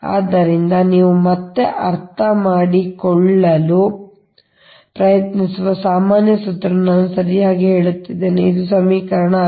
ಆದ್ದರಿಂದ ನೀವು ಮತ್ತೆ ಮತ್ತೆ ಅರ್ಥಮಾಡಿಕೊಳ್ಳಲು ಪ್ರಯತ್ನಿಸುವ ಈ ಸಾಮಾನ್ಯ ಸೂತ್ರವನ್ನು ನಾನು ಸರಿಯಾಗಿ ಹೇಳುತ್ತಿದ್ದೇನೆ ಅಂದರೆ ಇದು ಸಮೀಕರಣ 62